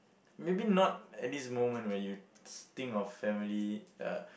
maybe not at this moment where you think of family uh